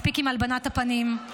מספיק עם הלבנת הפנים.